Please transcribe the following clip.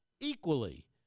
equally